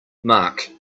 marc